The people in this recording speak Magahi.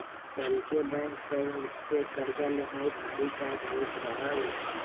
पहिके बैंक सभ से कर्जा लेनाइ भारी काज होइत रहइ